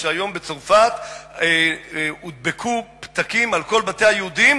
שהיום בצרפת הודבקו פתקים על כל בתי היהודים